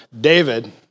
David